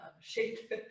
Shape